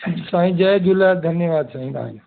साईं जय झूलेलाल धन्यवादु साईं तांजो